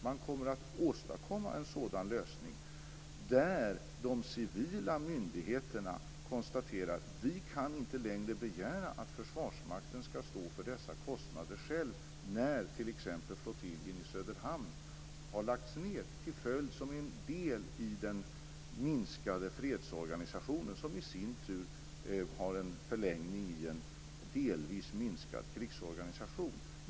Man kommer att åstadkomma en lösning där de civila myndigheterna konstaterar att de inte längre kan begära att Försvarsmakten själv skall stå för dessa kostnader när t.ex. flottiljen i Söderhamn har lagts ned som en del i den minskade fredsorganisationen, som i sin tur har en förlängning i en delvis minskad krigsorganisation.